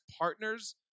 partners